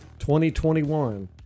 2021